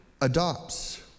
adopts